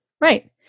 Right